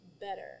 better